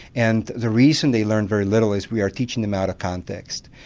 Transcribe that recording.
and the reason they learn very little is we are teaching them out of context,